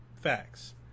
facts